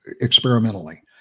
experimentally